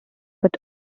but